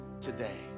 today